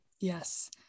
yes